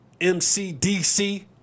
MCDC